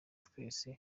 twese